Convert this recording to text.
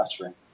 battery